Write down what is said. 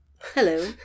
hello